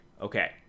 Okay